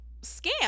scam